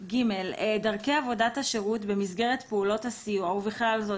(ג)דרכי עבודת השירות במסגרת פעולות הסיוע ובכלל זאת,